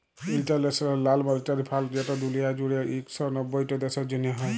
ইলটারল্যাশ লাল মালিটারি ফাল্ড যেট দুলিয়া জুইড়ে ইক শ নব্বইট দ্যাশের জ্যনহে হ্যয়